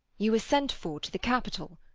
you are sent for to the capitol.